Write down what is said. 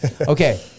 Okay